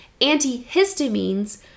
antihistamines